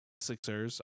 Sixers